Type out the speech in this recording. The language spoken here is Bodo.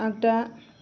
आगदा